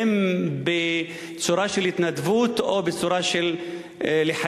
אם בצורה של התנדבות או בצורה של לחייב